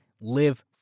Live